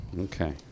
Okay